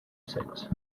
set